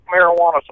marijuana